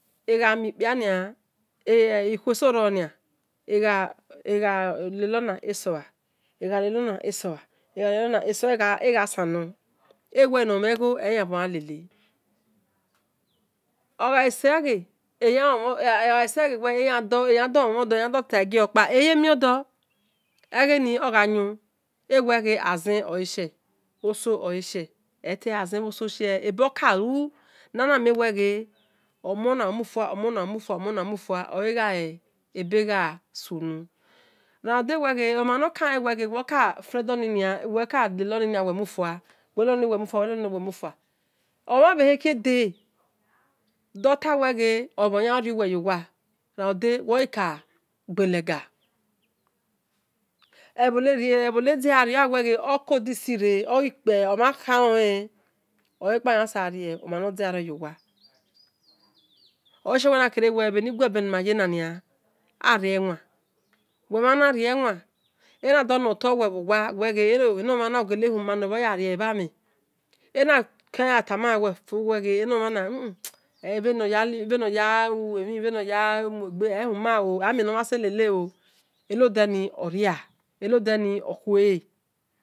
Kpiana khuo eso ronia egha lelona eghi lelona eghal egha lelona esoa egha lenona esoa egha sanor uwel enor mhe gho neyanbhor yan lele oghai sekhe eyandor lomhan dor eyandor tita yegio kpa oye miodor egheni ogha yon ewe ghe azen oleshi oso ole zie ele azen bho si shie nana mie ghe omuonu omufua omuona omufua oleghe e̱ ebegha sunu randewel ghe rande wel ghe wel ka friendorni nia wor ka lenor ninia wel mufua wel leloni nia wel ghe oyan riu wel yowa wor ghi ka gbelega ebho nediarior aweghe okodisi re oghi kpe omhon kale olekpa ijan sariomhan nor diario yowa oleshie wel nakere wel nia enigben ni muye nia ario wan wel mhan rie wan ghe e̱ o enomhana ogele huma nime ya riele bha mhen ona kaya tamale wel ghe enomhana bhe nor ya memhi bhe nor muegbe ehuno